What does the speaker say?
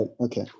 Okay